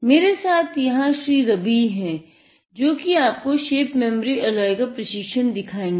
मेरे साथ यहाँ श्री रबीह है जो कि आपको शेप मेमोरी एलाय का प्रशिक्षण दिखायेंगे